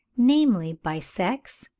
namely, by sex,